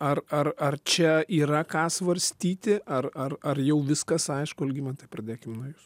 ar ar ar čia yra ką svarstyti ar ar ar jau viskas aišku algimantai pradėkim nuo jūsų